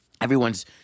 Everyone's